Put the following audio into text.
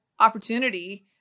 opportunity